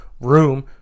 room